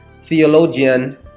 theologian